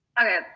okay